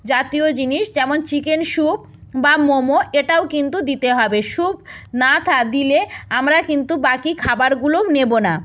জাতীয় জিনিস যেমন চিকেন স্যুপ বা মোমো এটাও কিন্তু দিতে হবে স্যুপ না থা দিলে আমরা কিন্তু বাকি খাবারগুলোও নেবো না